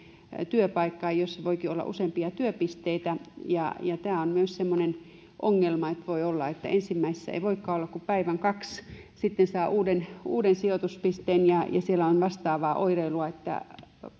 työpaikkaan jossa voikin olla useampia työpisteitä niin tämä on semmoinen ongelma että voi olla että ensimmäisessä ei voikaan olla kuin päivän kaksi ja sitten saa uuden uuden sijoituspisteen ja ja siellä on vastaavaa oireilua